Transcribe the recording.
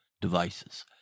devices